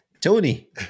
Tony